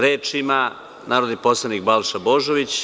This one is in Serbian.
Reč ima narodni poslanik Balša Božović.